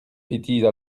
bétises